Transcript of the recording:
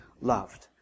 loved